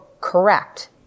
correct